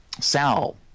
Sal